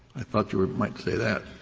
i thought you ah might say that.